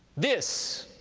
this,